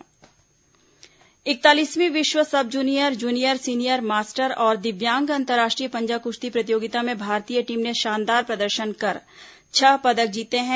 पंजा कुश्ती इकतालीसवीं विश्व sub junior junior senior master और दिव्यांग अंतर्राष्ट्रीय पंजा कुश्ती प्रतियोगिता में भारतीय टीम ने शानदार प्रदर्शन कर छह पदक जीते हैं